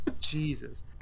Jesus